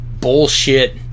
Bullshit